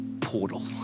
portal